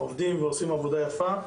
עובדים ועושים עבודה יפה.